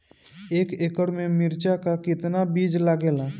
एक एकड़ में मिर्चा का कितना बीज लागेला?